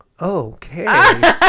Okay